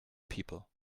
people